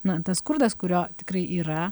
na tas skurdas kurio tikrai yra